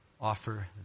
offer